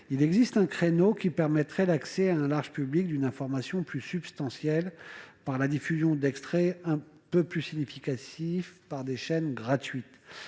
il existe un créneau qui permettrait l'accès à un large public d'une information plus substantielle par la diffusion d'extraits un peu plus significatifs par des chaînes gratuites.